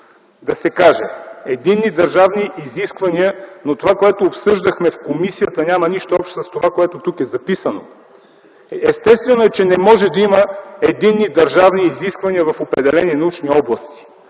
да се каже – единни държавни изисквания. Но това, което обсъждахме в комисията, няма нищо общо с това, което тук е записано. Естествено е, че не може да има единни държавни изисквания в определени научни области